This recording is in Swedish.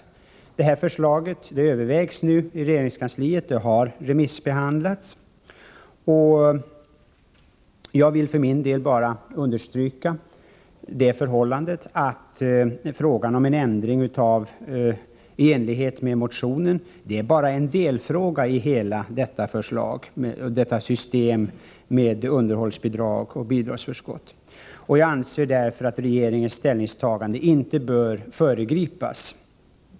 Kommitténs förslag har remissbehandlats och övervägs nu i regeringskansliet. Jag vill för min del endast understryka det förhållandet att frågan om den ändring som föreslås i motionen är bara en delfråga i en genomgripande översyn av systemet med underhållsbidrag och bidragsförskott. Jag anser därför att regeringens ställningstagande inte bör föregripas.